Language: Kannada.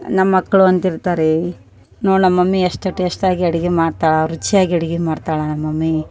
ನಮ್ಮ ಮಕ್ಕಳು ಅಂತಿರ್ತಾರೆ ನೋಡು ನಮ್ಮ ಮಮ್ಮಿ ಎಷ್ಟು ಟೇಸ್ಟಾಗಿ ಅಡಿಗಿ ಮಾಡ್ತಾಳ ರುಚಿಯಾಗಿ ಅಡಿಗಿ ಮಾಡ್ತಾಳ ನಮ್ಮ ಮಮ್ಮಿ